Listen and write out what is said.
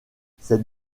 cette